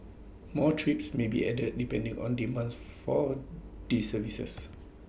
more trips may be added depending on demand for these services